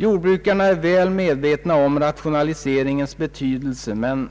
Jordbrukarna är väl medvetna om rationaliseringens betydelse, men